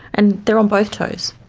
and they're on both toes.